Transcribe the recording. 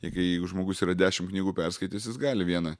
kai jeigu žmogus yra dešim knygų perskaitęs jis gali vieną